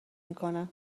میکنه